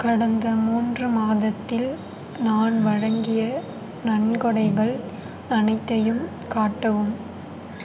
கடந்த மூன்று மாதத்தில் நான் வழங்கிய நன்கொடைகள் அனைத்தையும் காட்டவும்